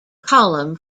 column